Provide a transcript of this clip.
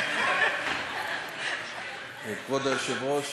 כבוד היושב-ראש,